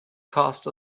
cast